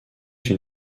une